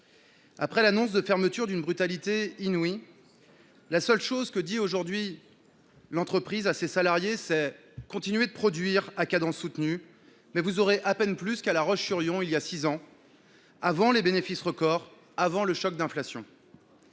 Après l’annonce de fermeture, d’une brutalité inouïe, la seule chose que l’entreprise dit à ses salariés, aujourd’hui, c’est :« Continuez de produire à cadences soutenues ! Mais vous aurez à peine plus qu’à La Roche sur Yon, il y a six ans, avant les bénéfices records, avant le choc d’inflation.